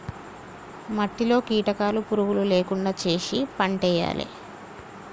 మట్టిలో కీటకాలు పురుగులు లేకుండా చేశి పంటేయాలే